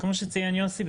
כמו שציין יוסי,